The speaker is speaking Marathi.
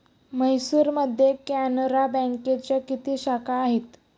म्हैसूरमध्ये कॅनरा बँकेच्या किती शाखा आहेत?